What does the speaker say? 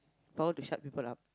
power to shut people up